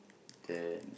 that